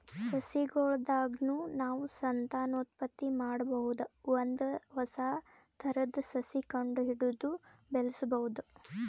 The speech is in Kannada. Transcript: ಸಸಿಗೊಳ್ ದಾಗ್ನು ನಾವ್ ಸಂತಾನೋತ್ಪತ್ತಿ ಮಾಡಬಹುದ್ ಒಂದ್ ಹೊಸ ಥರದ್ ಸಸಿ ಕಂಡಹಿಡದು ಬೆಳ್ಸಬಹುದ್